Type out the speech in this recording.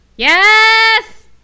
yes